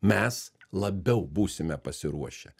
mes labiau būsime pasiruošę